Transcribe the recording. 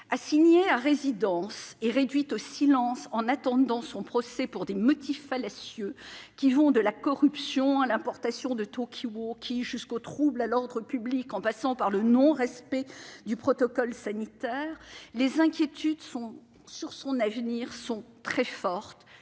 assignée à résidence et réduite au silence, en attendant son procès pour des motifs fallacieux, qui vont de la corruption à l'importation de talkies-walkies, en passant par le trouble à l'ordre public et le non-respect du protocole sanitaire. Les inquiétudes sur son avenir sont très fortes